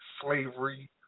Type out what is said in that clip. slavery